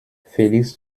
felix